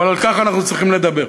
אבל על כך אנחנו צריכים לדבר.